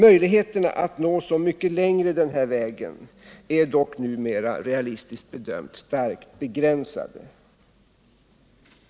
Möjligheterna att nå så mycket längre den här vägen är dock numera realistiskt bedömt starkt begränsade.